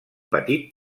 petit